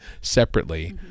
separately